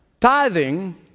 tithing